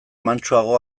mantsoago